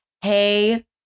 hey